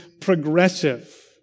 progressive